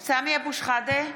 בהצבעה סמי אבו שחאדה,